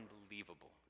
Unbelievable